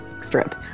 strip